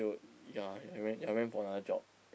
you would ya I went I went for another job